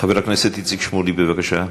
חבר הכנסת איציק שמולי, בבקשה,